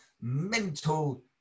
mental